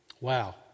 Wow